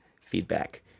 feedback